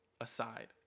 aside